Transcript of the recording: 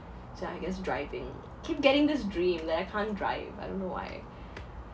so I guess driving keep getting this dream that I can't drive I don't know why